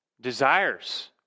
Desires